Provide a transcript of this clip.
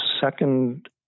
second